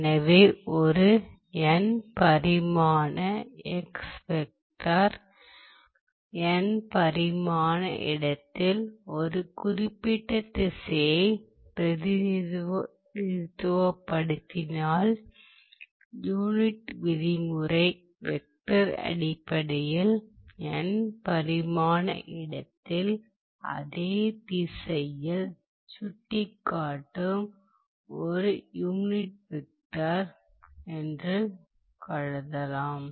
எனவே ஒரு n பரிமாண வெக்டர் n பரிமாண இடத்தில் ஒரு குறிப்பிட்ட திசையை பிரதிநிதித்துவப்படுத்தினால் யூனிட் விதிமுறை வெக்டர் அடிப்படையில் n பரிமாண இடத்தில் அதே திசையில் சுட்டிக்காட்டும் ஒரு யூனிட் வெக்டர் என்று கருதலாம்